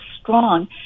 strong